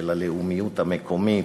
של הלאומיות המקומית,